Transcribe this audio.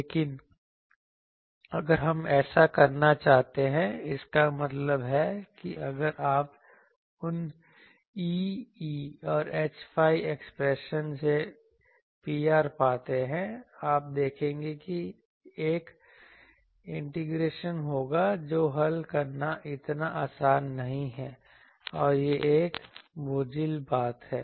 लेकिन अगर हम ऐसा करना चाहते हैं इसका मतलब है कि आप उन E𝚹 और Hϕ एक्सप्रेशन से Pr पाते हैं आप देखेंगे कि एक इंटीग्रेशन होगा जो हल करना इतना आसान नहीं है और यह एक बोझिल बात है